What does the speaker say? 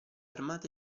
armate